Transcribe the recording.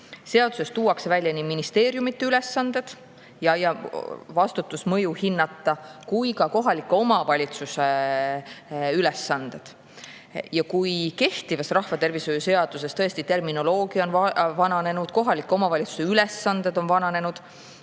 Seaduses tuuakse välja nii ministeeriumide ülesanded ja vastutus mõju hinnata kui ka kohaliku omavalitsuse ülesanded. Kehtivas rahvatervise seaduses on tõesti terminoloogia vananenud ja kohaliku omavalitsuse ülesanded on vananenud,